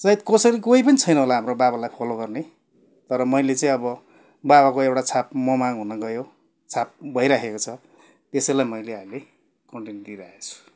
सायद कसै कोही पनि छैन होला हाम्रो बाबालाई फलो गर्ने तर मैले चाहिँ अब बाबाको एउटा छाप ममा हुन गयो छाप भइराखेको छ त्यसैलाई मैले अहिले कन्टिन्यू दिइराखेको छु